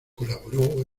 colaboró